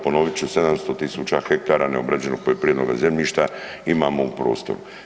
Ponovit ću, 700.000 hektara neobrađenoga poljoprivrednoga zemljišta imamo u prostoru.